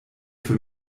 für